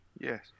yes